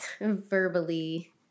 verbally